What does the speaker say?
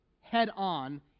head-on